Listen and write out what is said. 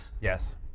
Yes